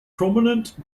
prominent